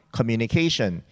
Communication